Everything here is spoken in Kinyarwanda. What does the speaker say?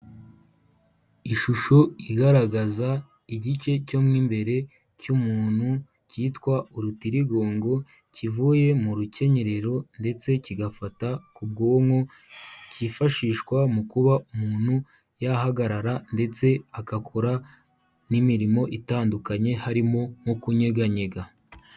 Ishusho igaragaza igice cyo mu imbere cy'umuntu cyitwa urutirigongo kivuye mu rukenyerero ndetse kigafata ku bwonko, kifashishwa mu kuba umuntu yahagarara ndetse agakora n'imirimo itandukanye harimo nko kunyeganyega.